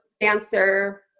dancer